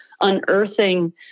unearthing